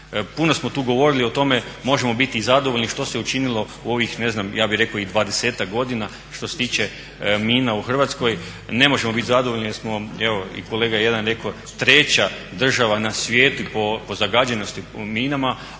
Puno smo tu govorili o tome, možemo biti zadovoljni što se učinilo u ovih ja bih rekao i 20-ak godina što se tiče mina u Hrvatskoj, ne možemo bit zadovoljni jer smo evo i kolega … je rekao treća država na svijetu po zagađenosti minama,